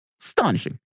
Astonishing